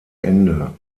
ende